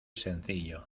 sencillo